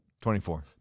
24